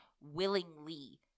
willingly